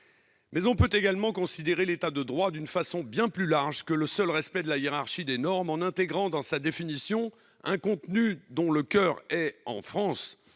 On peut également considérer l'État de droit d'une façon bien plus large que le seul respect de la hiérarchie des normes, en intégrant dans sa définition un contenu dont le coeur est, en France,